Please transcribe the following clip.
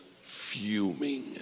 fuming